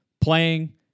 playing